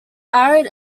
arad